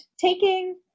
taking